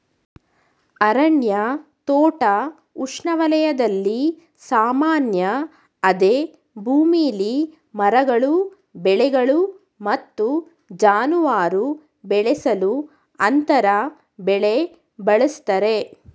ಅರಣ್ಯ ತೋಟ ಉಷ್ಣವಲಯದಲ್ಲಿ ಸಾಮಾನ್ಯ ಅದೇ ಭೂಮಿಲಿ ಮರಗಳು ಬೆಳೆಗಳು ಮತ್ತು ಜಾನುವಾರು ಬೆಳೆಸಲು ಅಂತರ ಬೆಳೆ ಬಳಸ್ತರೆ